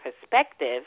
perspective